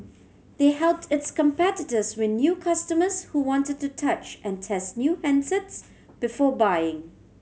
they helped its competitors win new customers who wanted to touch and test new handsets before buying